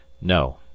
No